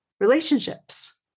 relationships